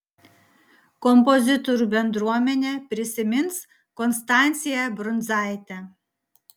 kompozitorių bendruomenė prisimins konstanciją brundzaitę